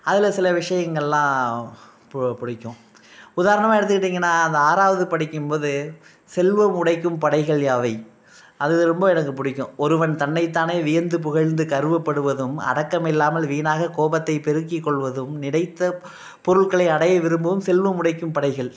அதுல சில விஷயங்களெலாம் போ பிடிக்கும் உதாரணமாக எடுத்துக்கிட்டீங்கன்னா அந்த ஆறாவது படிக்கும் போது செல்வம் உடைக்கும் படைகள் யாவை அது ரொம்ப எனக்குப் பிடிக்கும் ஒருவன் தன்னைத்தானே வியந்து புகழ்ந்து கர்வப்படுவதும் அடக்கம் இல்லாமல் வீணாகக் கோபத்தை பெருக்கிக் கொள்வதும் நினைத்த பொருள்களை அடைய விரும்பும் செல்வம் உடைக்கும் படைகள்